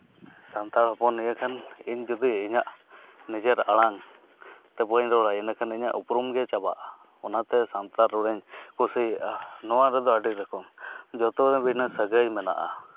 ᱥᱟᱱᱛᱟᱲ ᱦᱚᱯᱚᱱ ᱱᱤᱭᱟᱹ ᱠᱦᱟᱱ ᱤᱧ ᱡᱩᱫᱤ ᱤᱧᱟᱹᱜ ᱱᱤᱡᱮᱨ ᱟᱲᱟᱝ ᱛᱮ ᱵᱟᱹᱧ ᱨᱚᱲᱟ ᱮᱱᱥᱮ ᱠᱷᱟᱱ ᱤᱧᱟᱹᱜ ᱩᱯᱨᱩᱢ ᱜᱮ ᱪᱟᱵᱟᱜᱼᱟ ᱚᱱᱟᱛᱮ ᱥᱟᱱᱛᱟᱲ ᱨᱚᱲᱮᱧ ᱠᱩᱥᱤᱭᱟᱜᱼᱟ ᱱᱚᱣᱟ ᱨᱮᱫᱚ ᱟᱹᱰᱤ ᱨᱚᱠᱚᱢ ᱡᱚᱛᱚ ᱨᱮ ᱵᱷᱤᱱᱟᱹ ᱥᱟᱹᱜᱟᱹᱭ ᱢᱮᱱᱟᱜᱼᱟ